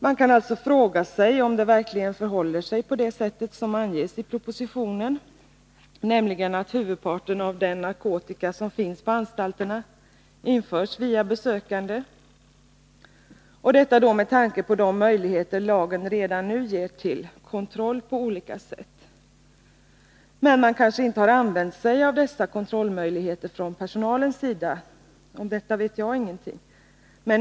Man kan alltså fråga sig om det verkligen förhåller sig på det sätt som anges i propositionen, nämligen att huvudparten av den narkotika som finns på anstalterna införs via besökande — och detta då med tanke på de möjligheter lagen redan nu ger till kontroll på olika sätt. Men personalen har kanske inte använt sig av dessa kontrollmöjligheter. Om det vet jag ingenting.